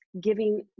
giving